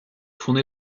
fonder